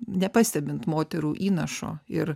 nepastebint moterų įnašo ir